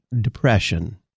depression